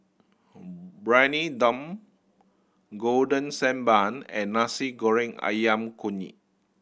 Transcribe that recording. Briyani Dum Golden Sand Bun and Nasi Goreng Ayam Kunyit